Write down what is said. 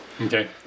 Okay